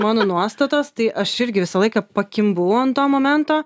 mano nuostatos tai aš irgi visą laiką pakimbu ant to momento